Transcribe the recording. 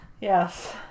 Yes